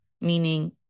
meaning